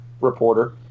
reporter